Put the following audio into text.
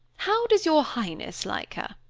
how does your highness like her?